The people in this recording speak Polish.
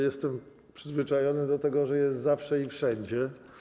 Jestem przyzwyczajony do tego, że jest zawsze i wszędzie.